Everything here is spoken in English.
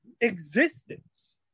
existence